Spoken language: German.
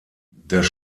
das